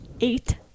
Eight